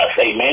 Amen